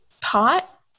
pot